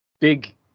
big